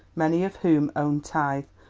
many of whom owed tithe,